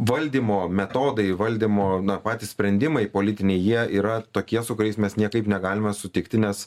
valdymo metodai valdymo na patys sprendimai politiniai jie yra tokie su kuriais mes niekaip negalime sutikti nes